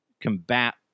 combat